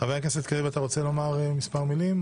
חבר הכנסת קריב, אתה רוצה לומר מספר מילים?